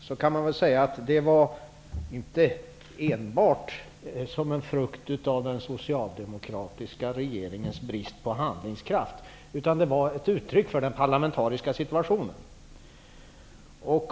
Man kan väl säga att det inte enbart var som en frukt av den socialdemokratiska regeringens brist på handlingskraft, utan att det var ett uttryck för den parlamentariska situationen.